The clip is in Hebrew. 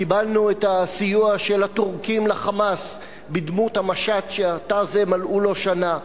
קיבלנו את הסיוע של הטורקים ל"חמאס" בדמות המשט שעתה זה מלאה לו שנה.